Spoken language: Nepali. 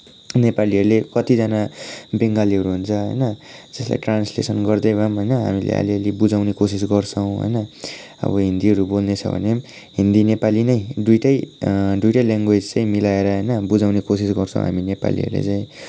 नेपालीहरूले कतिजना बङ्गलीहरू हुन्छ होइन जसलाई ट्रान्सलेसन गर्दै भएपनि होइन हामीले अलि अलि बुझाउने कोसिस गर्छौँ होइन अब हिन्दीहरू बोल्ने छ भने पनि हिन्दी नेपाली नै दुईटै दुईटै ल्याङ्ग्वेज चाहिँ मिलाएर होइन बुझाउने कोसिस गर्छौँ हामी नेपालीहरूले चाहिँ